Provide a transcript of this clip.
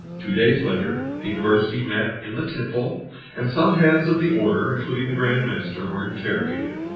two days later the university met in the temple and some heads of the order, including the grand master, were interrogated.